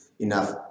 enough